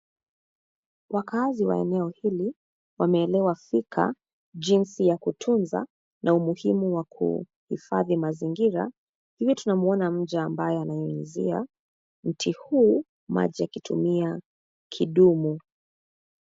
Wakaazi wa eneo hili wameelewa fika jinsi ya kutunza na umuhimu wa kuhifadhi mazingira; hivi tunamwona mja ambaye ananyunyizia mti huu maji akitumia kidumu.